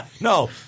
No